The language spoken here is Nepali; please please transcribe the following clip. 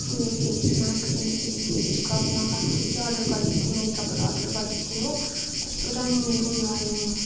उयो फेस मास्क अन्तखेरि फेस स्क्रब मगाएको थिएँ कि अर्डर गरेको थिएँ नाइकाबाट अर्डर गरेको थिएँ हो कस्तो दामी उयो आयो नि